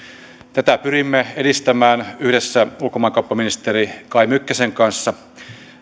tätä pyrimme edistämään yhdessä ulkomaankauppaministeri kai mykkäsen kanssa